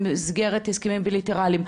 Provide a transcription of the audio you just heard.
במסגרת הסכמים בליטרליים,